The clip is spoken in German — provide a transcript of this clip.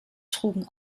trugen